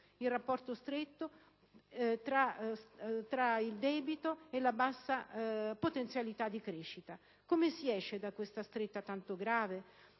il rapporto stretto tra il debito e la bassa potenzialità di crescita. Come si esce da questa stretta tanto grave?